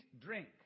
drink